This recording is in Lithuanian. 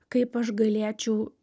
kaip aš galėčiau